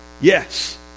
Yes